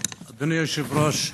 אדוני היושב-ראש,